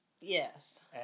Yes